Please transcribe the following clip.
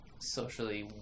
socially